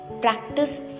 practice